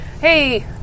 hey